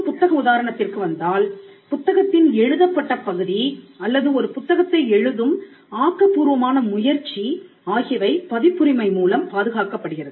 மீண்டும் புத்தக உதாரணத்திற்கு வந்தால் புத்தகத்தின் எழுதப்பட்ட பகுதி அல்லது ஒரு புத்தகத்தை எழுதும் ஆக்கபூர்வமான முயற்சி ஆகியவை பதிப்புரிமை மூலம் பாதுகாக்கப்படுகிறது